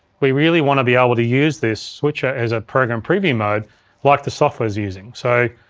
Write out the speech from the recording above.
we really want to be able to use this switcher as ah program preview mode like the software's using. so,